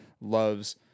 loves